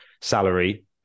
salary